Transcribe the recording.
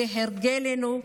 כהרגלנו,